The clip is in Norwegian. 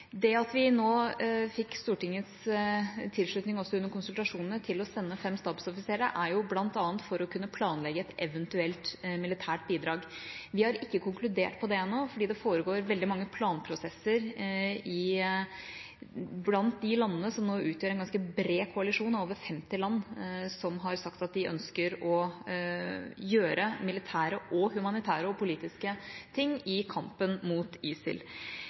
Det at vi nå fikk Stortingets tilslutning også under konsultasjonene til å sende fem stabsoffiserer, er bl.a. for å kunne planlegge et eventuelt militært bidrag. Vi har ikke konkludert på det ennå, fordi det foregår veldig mange planprosesser blant de landene som nå utgjør en ganske bred koalisjon – det er over 50 land som har sagt at de ønsker å bidra militært, humanitært og politisk i kampen mot ISIL.